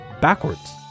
backwards